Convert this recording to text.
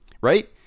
right